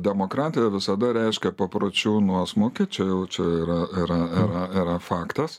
demokratija visada reiškia papročių nuosmukį čia jau čia yra yra yra yra faktas